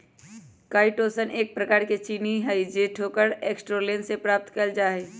chitosan एक प्रकार के चीनी हई जो कठोर एक्सोस्केलेटन से प्राप्त कइल जा हई